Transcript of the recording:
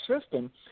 system